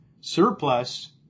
surplus